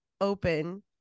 open